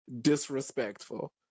disrespectful